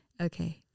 okay